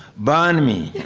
burn me!